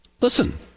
Listen